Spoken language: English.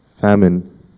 famine